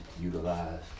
utilize